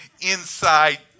inside